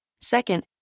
Second